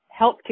Healthcare